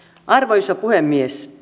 arvoisa puhemies